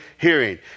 hearing